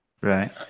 right